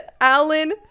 Alan